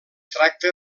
tracta